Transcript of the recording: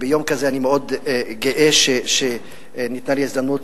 ביום כזה אני מאוד גאה שניתנה לי הזדמנות